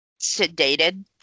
sedated